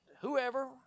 whoever